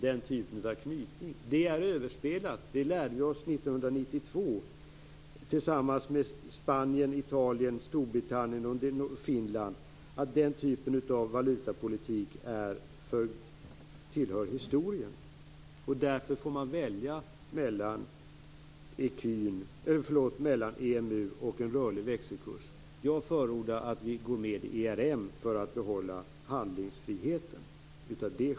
Den typen av knytning är något som är överspelat. 1992 lärde vi oss tillsammans med Spanien, Italien, Storbritannien och Finland att den typen av valutapolitik tillhör historien. Därför får man välja mellan EMU och en rörlig växelkurs. Jag förordar således att vi går med i ERM för att behålla handlingsfriheten.